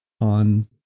on